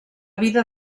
vida